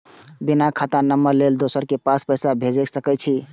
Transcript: बिना खाता नंबर लेल दोसर के पास पैसा भेज सके छीए?